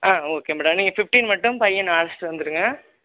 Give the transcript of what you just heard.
ஆ okay madam நீங்கள் fifteen மட்டும் பையன அழைச்சிட்டு வந்துருங்க